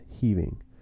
heaving